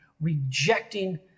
rejecting